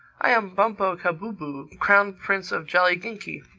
i am bumpo kahbooboo, crown prince of jolliginki.